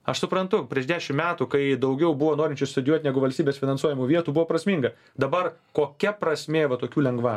aš suprantu prieš dešimt metų kai daugiau buvo norinčių studijuot negu valstybės finansuojamų vietų buvo prasminga dabar kokia prasmė vat tokių lengvatų